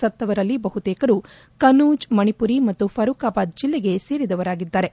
ಸತ್ತವರಲ್ಲಿ ಬಹುತೇಕರು ಕನೌಜ್ ಮಣಿಪುರಿ ಮತ್ತು ಫರೂಕಾಬಾದ್ ಜಿಲ್ಲೆಗೆ ಸೇರಿದವರಾಗಿದ್ದಾರೆ